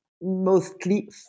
mostly